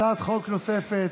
הצעת חוק נוספת